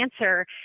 answer